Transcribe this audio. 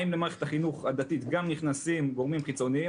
האם למערכת החינוך הדתית גם נכנסים גורמים חיצוניים?